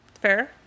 Fair